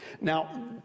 Now